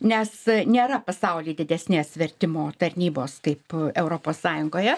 nes nėra pasauly didesnės vertimo tarnybos kaip europos sąjungoje